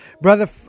Brother